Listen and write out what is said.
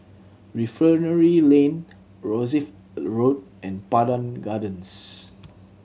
Refinery Lane Rosyth Road and Pandan Gardens